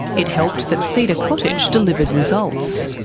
it helped that cedar cottage delivered results.